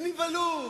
הם נבהלו,